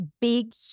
big